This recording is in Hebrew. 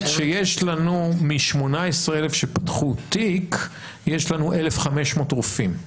שיש לנו מ-18,000 שפתחו תיק 1,500 רופאים.